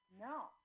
No